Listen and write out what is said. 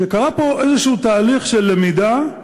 קרה פה איזה תהליך של למידה,